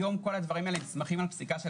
היום כל ההגדרות האלה נסמכות על פסיקה של